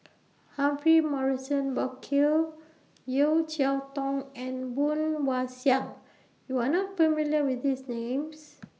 Humphrey Morrison Burkill Yeo Cheow Tong and Woon Wah Siang YOU Are not familiar with These Names